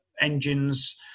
engines